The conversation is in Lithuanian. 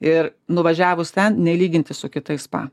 ir nuvažiavus ten nelyginti su kitais spa